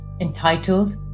entitled